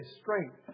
strength